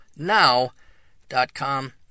now.com